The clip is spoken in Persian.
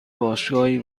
باشگاهی